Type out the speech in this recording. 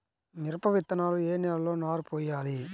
మిరప విత్తనాలు ఏ నెలలో నారు పోయాలి?